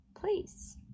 Please